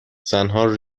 زنها